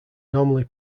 normally